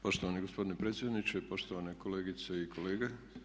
Poštovani gospodine predsjedniče, poštovane kolegice i kolege.